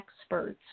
experts